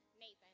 Nathan